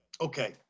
Okay